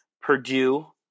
Purdue